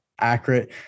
accurate